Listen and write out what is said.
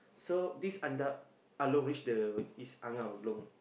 so this Andak Along reach the his Angah Long